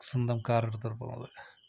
സ്വന്തം കാർ എടുത്തു പോകുമ്പോൾ